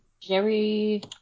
Jerry